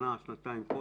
שנה-שנתיים,